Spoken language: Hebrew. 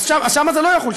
אז שם זה לא יחול.